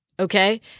Okay